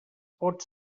pot